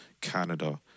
Canada